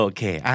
Okay